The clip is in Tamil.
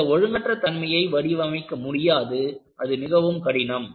இந்த ஒழுங்கற்ற தன்மை யை வடிவமைக்க முடியாது அது மிகவும் கடினம்